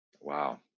wow